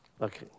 Okay